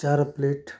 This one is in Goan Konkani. चार प्लेट